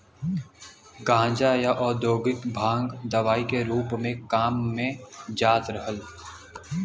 गांजा, या औद्योगिक भांग दवाई के रूप में काम में जात रहल